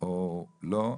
או לא,